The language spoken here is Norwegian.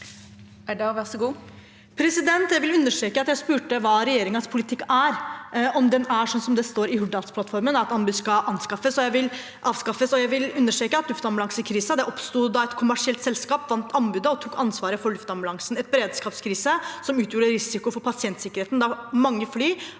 Jeg vil understreke at jeg spurte om hva regjeringens politikk er, om den er sånn som det står i Hurdalsplattformen, at anbud skal avskaffes. Jeg vil også understreke at luftambulansekrisen oppsto da et kommersielt selskap vant anbudet og tok ansvaret for luftambulansen – en beredskapskrise som utgjorde en risiko for pasientsikkerheten, da mange fly